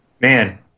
Man